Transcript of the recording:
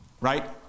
Right